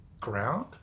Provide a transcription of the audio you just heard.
ground